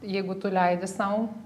jeigu tu leidi sau